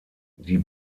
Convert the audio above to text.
die